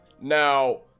Now